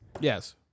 Yes